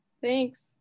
Thanks